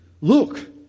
Look